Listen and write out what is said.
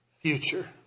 future